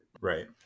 Right